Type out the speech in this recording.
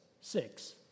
six